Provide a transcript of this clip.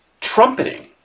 trumpeting